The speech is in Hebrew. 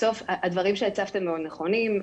בסוף הדברים שהצפתם מאוד נכונים.